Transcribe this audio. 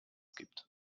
gibt